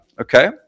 okay